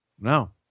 No